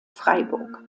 freiburg